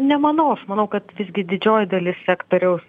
nemanau aš manau kad visgi didžioji dalis sektoriaus